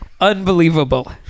unbelievable